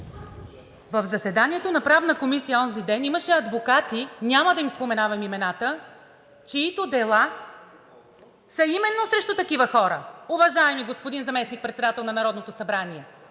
В заседанието на Правната комисия онзиден имаше адвокати – няма да им споменават имената, чиито дела са именно срещу такива хора, уважаеми господин Заместник-председател на Народното събрание.